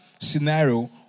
scenario